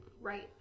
right